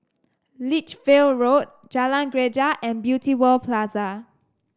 Lichfield Road Jalan Greja and Beauty World Plaza